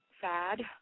sad